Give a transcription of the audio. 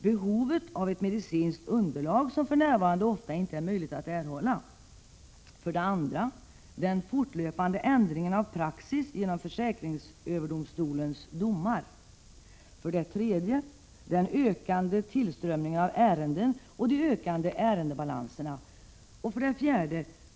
Behovet av ett medicinskt underlag, som för närvarande ofta inte är = Arbetsskadeförsäkmöjligt att erhålla. ringen 3. Den ökande tillströmningen av ärenden och de ökande ärendebalanserna. 4.